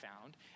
found